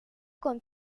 con